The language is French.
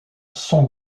son